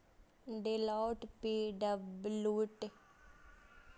Deloitte पी.डब्ल्यू.सी सं कने छोट कंपनी छै, एकरा ऑडिट सं कम परामर्श सं बेसी कमाइ होइ छै